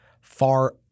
far